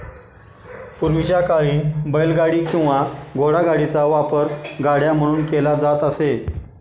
पूर्वीच्या काळी बैलगाडी किंवा घोडागाडीचा वापर गाड्या म्हणून केला जात असे